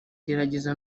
gerageza